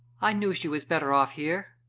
i knew she was better off here.